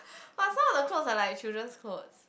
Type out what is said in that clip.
but some of the clothes are like children's clothes